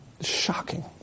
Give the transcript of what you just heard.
Shocking